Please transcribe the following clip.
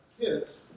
kids